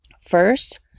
first